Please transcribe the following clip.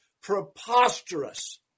preposterous